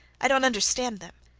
i don't understand them.